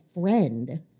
friend